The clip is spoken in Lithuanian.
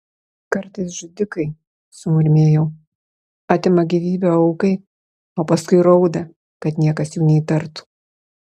kartais žudikai sumurmėjau atima gyvybę aukai o paskui rauda kad niekas jų neįtartų